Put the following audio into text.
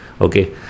okay